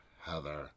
heather